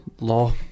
law